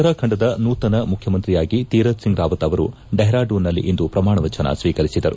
ಉತ್ತರಾಖಂಡದ ನೂತನ ಮುಖ್ಯಮಂತ್ರಿಯಾಗಿ ತೀರತ್ ಸಿಂಗ್ ರಾವತ್ ಅವರು ಡೆಪ್ರಾಡೂನ್ನಲ್ಲಿಂದು ಪ್ರಮಾಣವಚನ ಸ್ನೀಕರಿಸಿದರು